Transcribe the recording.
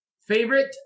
Favorite